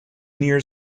near